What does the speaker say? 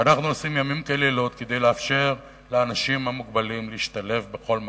ואנחנו עושים לילות כימים כדי לאפשר לאנשים המוגבלים להשתלב בכל מקום.